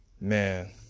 Man